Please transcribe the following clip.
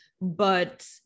but-